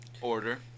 order